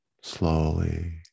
slowly